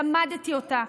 למדתי אותה,